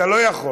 אתה לא יכול.